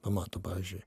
pamato pavyzdžiui